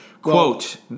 Quote